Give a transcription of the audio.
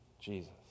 Jesus